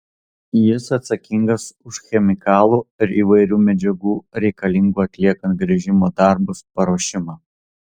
jis atsakingas už chemikalų ir įvairių medžiagų reikalingų atliekant gręžimo darbus paruošimą